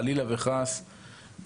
חלילה וחס,